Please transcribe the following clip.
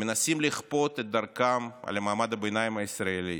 הם מנסים לכפות את דרכם על מעמד הביניים הישראלי,